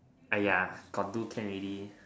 !aiya! got do can already